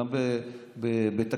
גם בתקציב,